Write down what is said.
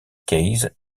case